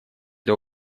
для